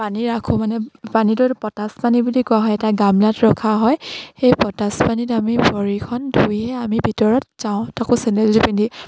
পানী ৰাখোঁ মানে পানীটোক পটাচ পানী বুলি কোৱা হয় এটা গামলাত ৰখা হয় সেই পটাচ পানীত আমি ভৰিখন ধুই আমি ভিতৰত যাওঁ তাকো চেণ্ডেলযোৰ পিন্ধি